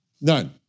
none